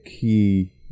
key